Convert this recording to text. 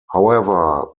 however